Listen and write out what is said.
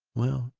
well,